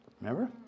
Remember